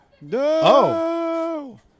No